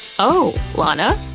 oh, lana?